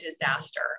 disaster